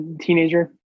teenager